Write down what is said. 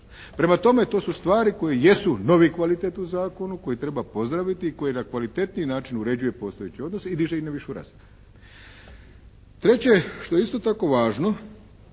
Prema tome, to su stvari koje jesu novi kvalitet u zakonu koji treba pozdraviti i koji na kvalitetniji način uređuje postojeće odnose i diže ih na višu razinu. Treće što je isto tako važno